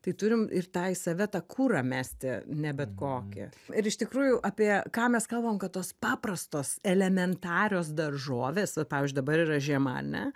tai turim ir tą į save tą kurą mesti ne bet kokį ir iš tikrųjų apie ką mes kalbam kad tos paprastos elementarios daržovės vat pavyzdžiui dabar yra žiema ane